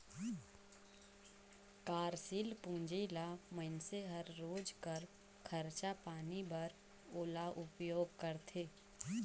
कारसील पूंजी ल मइनसे हर रोज कर खरचा पानी बर ओला उपयोग करथे